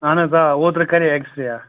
اَہَن حظ آ اوترٕ کَرے اٮ۪کس رے آ